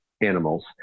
animals